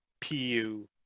pu